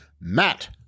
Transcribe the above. Matt